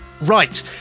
Right